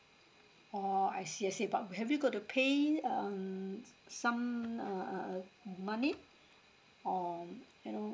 oh I see I see but have you got to pay um some uh uh uh money or you know